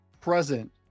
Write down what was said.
present